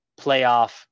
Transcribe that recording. playoff